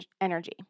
energy